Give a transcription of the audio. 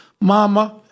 Mama